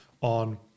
on